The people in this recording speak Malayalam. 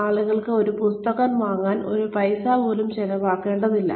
ആളുകൾക്ക് ഒരു പുസ്തകം വാങ്ങാൻ ഒരു പൈസ പോലും ചിലവാക്കേണ്ടതില്ല